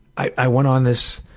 i went on this